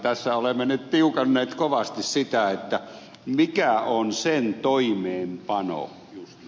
tässä olemme nyt tiukanneet kovasti sitä mikä on sen toimeenpanoajankohta